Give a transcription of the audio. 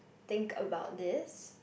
think about this